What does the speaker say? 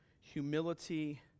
humility